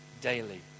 Daily